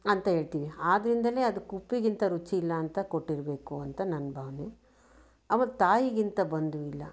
ಅಂತ ಹೇಳ್ತೀವಿ ಆದರಿಂದಲೇ ಅದಕ್ಕೆ ಉಪ್ಪಿಗಿಂತ ರುಚಿಯಿಲ್ಲ ಅಂತ ಕೊಟ್ಟಿರಬೇಕು ಅಂತ ನನ್ನ ಭಾವನೆ ತಾಯಿಗಿಂತ ಬಂಧುವಿಲ್ಲ